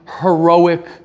heroic